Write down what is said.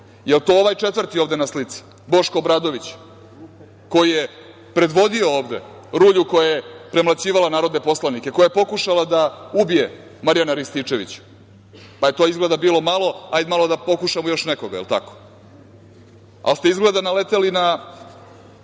Jel to ovaj četvrti ovde na slici, Boško Obradović? Koji je predvodio ovde rulju koja je premlaćivala narodne poslanike, koja je pokušala da ubije Marijana Rističevića, pa je to izgleda bilo malo, hajde malo da pokušamo još nekoga, jel tako? Izgleda ste naleteli na